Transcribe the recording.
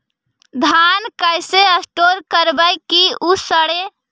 धान कैसे स्टोर करवई कि न सड़ै?